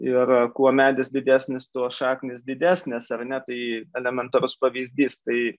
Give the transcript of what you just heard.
ir kuo medis didesnis tuo šaknys didesnės ar ne tai elementarus pavyzdys tai